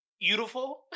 Beautiful